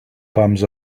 palms